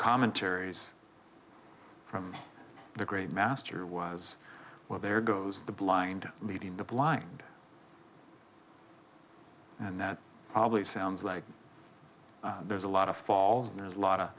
commentaries from the great master was well there goes the blind leading the blind and that probably sounds like there's a lot of falls and there's a lot